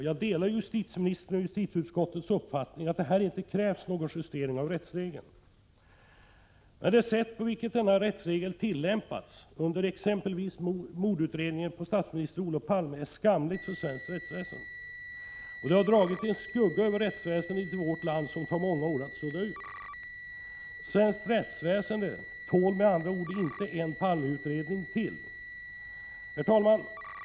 Jag delar justitieministerns och justitieutskottets uppfattning att det här inte krävs någon justering av rättsregeln. Men det sätt på vilket denna rättsregel har tillämpats under exempelvis utredningen av mordet på statsminister Olof Palme är skamligt för svenskt rättsväsende. Det har dragit en skugga över rättsväsendet i vårt land som det tar många år att sudda ut. Svenskt rättsväsende tål med andra ord inte en Palmeutredning till. Herr talman!